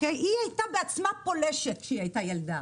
היא הייתה בעצמה פולשת כשהיא הייתה ילדה,